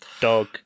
Dog